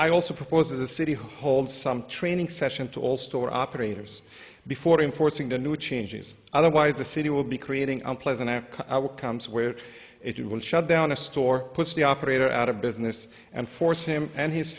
i also propose that the city hold some training session to all store operators before enforcing the new changes otherwise the city will be creating unpleasant outcomes where it will shut down a store puts the operator out of business and force him and his